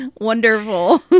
wonderful